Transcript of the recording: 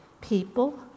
people